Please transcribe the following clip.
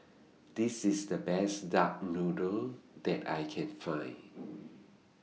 This IS The Best Duck Noodle that I Can Find